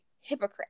hypocrite